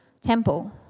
temple